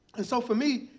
and so for me,